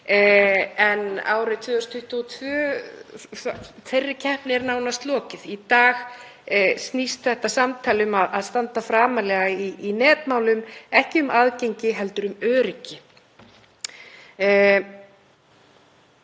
en árið 2022 er þeirri keppni nánast lokið. Í dag snýst þetta samtal um að standa framarlega í netmálum ekki um aðgengi heldur um öryggi.